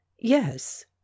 yes